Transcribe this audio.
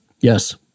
Yes